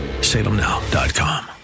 salemnow.com